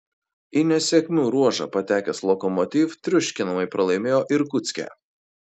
į nesėkmių ruožą patekęs lokomotiv triuškinamai pralaimėjo irkutske